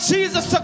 Jesus